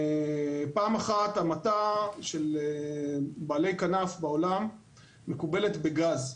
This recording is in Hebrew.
פעם אחת המתה של בעלי כנף בעולם מקובלת בגז.